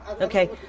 Okay